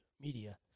Media